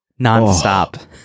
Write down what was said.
nonstop